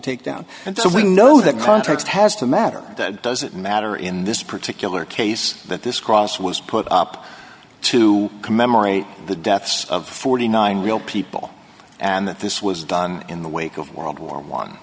take down and so we know that context has to matter that doesn't matter in this particular case that this cross was put up to commemorate the deaths of forty nine real people and that this was done in the wake of world war one